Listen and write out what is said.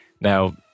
Now